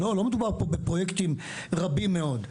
לא מדובר פה בפרויקטים רבים מאוד.